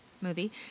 movie